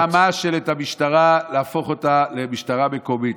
לא לרמה של להפוך את המשטרה למשטרה מקומית,